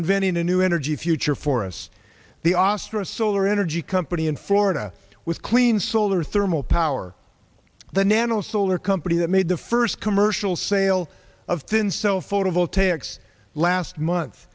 inventing a new new energy future for us the austro solar energy company in florida with clean solar thermal power the nano solar company that made the first commercial sale of thin so photovoltaics last month